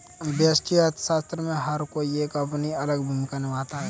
व्यष्टि अर्थशास्त्र में हर कोई एक अपनी अलग भूमिका निभाता है